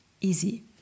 Easy